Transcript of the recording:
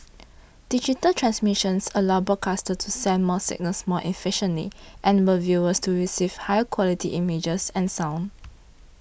digital transmissions allow broadcasters to send more signals more efficiently enable viewers to receive higher quality images and sound